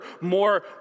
more